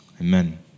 Amen